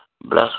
Bless